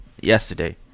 yesterday